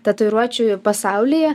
tatuiruočių pasaulyje